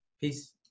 Peace